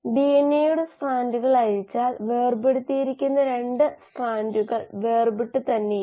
ഈ ആദ്യ പദം പൂജ്യമാണ് r 1 r 2 പൂജ്യമാണ് r 1 മൈനസ് r 3 എന്നത് A യുടെ d d t ആണ് r 1 മൈനസ് r 3 A യുടെ d d t ആണ് അല്ലേ